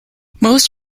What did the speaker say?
most